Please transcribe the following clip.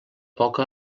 poca